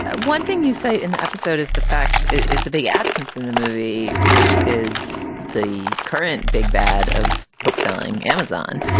one thing you say in the episode is the fact is the big absence in the movie, which is the current big bad of bookselling, amazon.